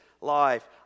life